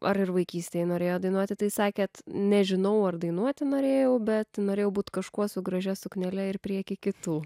ar ir vaikystėj norėjot dainuoti tai sakėt nežinau ar dainuoti norėjau bet norėjau būt kažkuo su gražia suknele ir prieky kitų